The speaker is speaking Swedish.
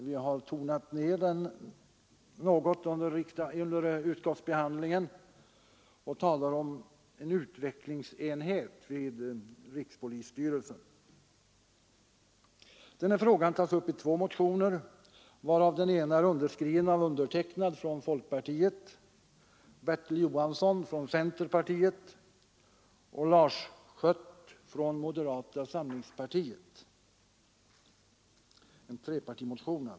Vi har tonat ned den något under utskottsbehandlingen och talar om en utvecklingsenhet vid rikspolissty relsen. Den här frågan tas upp i två motioner, av vilka den ena är underskriven av mig från folkpartiet, Bertil Johansson från centerpartiet och Lars Schött från moderata samlingspartiet. Det är alltså en trepartimotion.